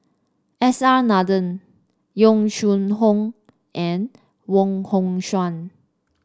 S R Nathan Yong Shu Hoong and Wong Hong Suen